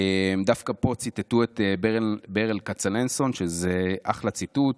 דווקא פה ציטטו את ברל כצנלסון, שזה אחלה ציטוט: